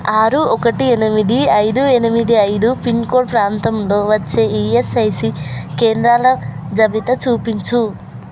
ఆరు ఒకటి ఎనిమిది ఐదు ఎనిమిది ఐదు పిన్కోడ్ ప్రాంతంలో వచ్చే ఈఎస్ఐసీ కేంద్రాల జాబితా చూపించు